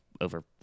over